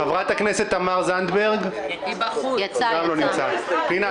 חברת הכנסת תמר זנדברג בחוץ, לא נמצאת.